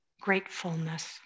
gratefulness